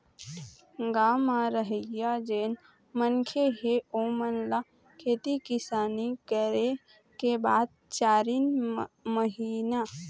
गाँव म रहइया जेन मनखे हे ओेमन ल खेती किसानी करे के बाद चारिन महिना